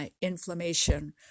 inflammation